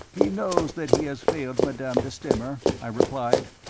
he knows that he has failed, madame de stamer, i replied,